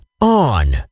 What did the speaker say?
on